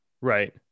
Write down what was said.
Right